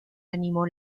animó